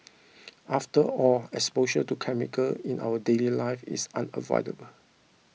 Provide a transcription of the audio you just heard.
after all exposure to chemicals in our daily life is unavoidable